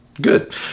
good